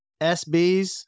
SBs